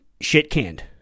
shit-canned